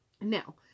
Now